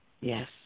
Yes